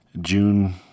June